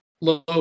low